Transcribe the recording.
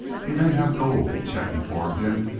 he may have gold, chet informed him,